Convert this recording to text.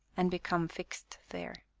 and become fixed there.